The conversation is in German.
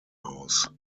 aus